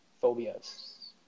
phobias